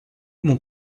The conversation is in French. mon